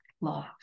love